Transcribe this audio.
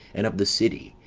and of the city,